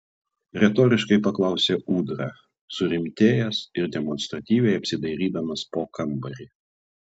retoriškai paklausė ūdra surimtėjęs ir demonstratyviai apsidairydamas po kambarį